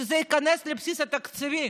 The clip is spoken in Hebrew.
שזה ייכנס לבסיס התקציב.